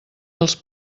els